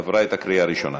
עברה את הקריאה הראשונה.